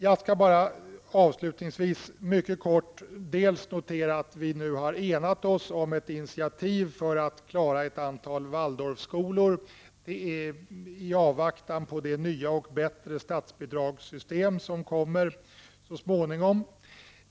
Jag vill också mycket kortfattat notera att vi har enat oss om ett initiativ för att klara ett antal Waldorfskolor i avvaktan på det nya och bättre statsbidragssystemet som kommer så småningom.